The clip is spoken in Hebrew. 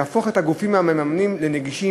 יהפוך את הגופים המממנים לנגישים,